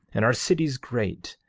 and our cities great,